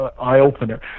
eye-opener